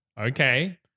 Okay